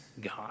God